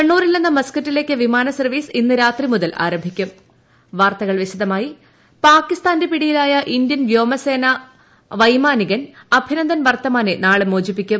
കണ്ണൂരിൽ നിന്ന് മസ്ക്കറ്റിലേക്ക് വിമാന സർവ്വീസ് ഇന്ന് രാത്രി മുതൽ ആരംഭിക്കും അഭിനന്ദൻ വർത്തമാൻ പാകിസ്ഥാന്റെ പിടിയിലായ ഇന്ത്യൻ വ്യോമസേന വൈമാനികൻ അഭിനന്ദൻ വർത്തമാനെ നാളെ മോചിപ്പിക്കും